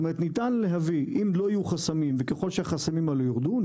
אם לא יהיו חסמים וככל שהחסמים האלה ירדו,